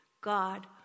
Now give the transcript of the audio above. God